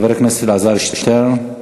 חבר הכנסת אלעזר שטרן.